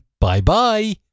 bye-bye